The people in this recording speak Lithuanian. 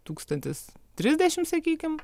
tūkstantis trisdešim sakykim